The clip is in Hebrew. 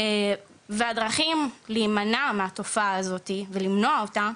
והדרכים להימנע מהתופעה הזאת ולמנוע אותה,